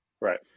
Right